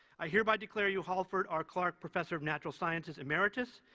i hereby declare you halford r. clark professor of natural sciences, emeritus,